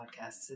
podcasts